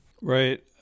Right